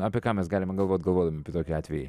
apie ką mes galime galvot galvodami apie tokį atvejį